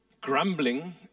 Grumbling